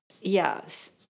yes